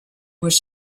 was